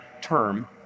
term